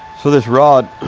so this rod,